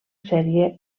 sèrie